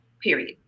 period